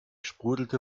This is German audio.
sprudelte